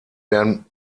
werden